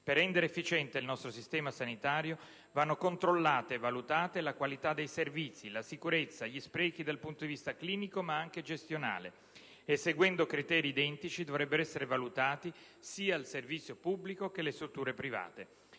Per rendere efficiente il nostro sistema sanitario vanno controllati e valutati la qualità dei servizi, la sicurezza, gli sprechi dal punto di vista clinico ma anche gestionale, e, seguendo criteri identici, dovrebbero essere valutati sia il servizio pubblico sia le strutture private.